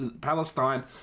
Palestine